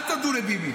אל תודו לביבי,